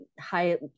high